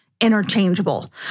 interchangeable